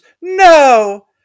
no